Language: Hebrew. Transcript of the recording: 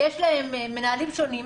יש להם מנהלים שונים,